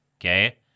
okay